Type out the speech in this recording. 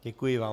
Děkuji vám.